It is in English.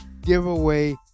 giveaway